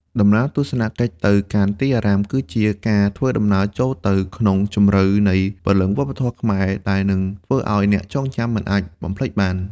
ដំណើរទស្សនកិច្ចទៅកាន់ទីអារាម គឺជាការធ្វើដំណើរចូលទៅក្នុងជម្រៅនៃព្រលឹងវប្បធម៌ខ្មែរ ដែលនឹងធ្វើឱ្យអ្នកចងចាំមិនអាចបំភ្លេចបាន។